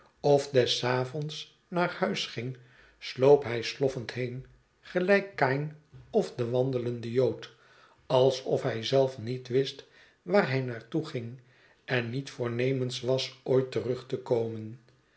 of des avonds naar huis ging sloop hij sloffend heen gelijk kain of de wandelende jood alsof hij zelf niet wist waar hij naar toe ging en niet voornemens was ooit terug te komen